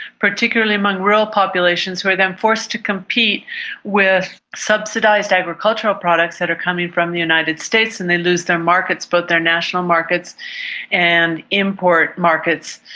particularly among rural populations where they are forced to compete with subsidised agricultural products that are coming from the united states and they lose their markets, both their national markets and import markets.